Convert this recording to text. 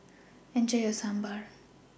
Enjoy your Sambar